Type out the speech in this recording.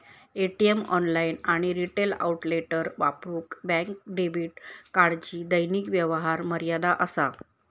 ATM, online आणि retail आउटलेटवर वापरूक बँक डेबिट कार्डची दैनिक व्यवहार मर्यादा असा